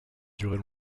durer